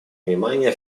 внимания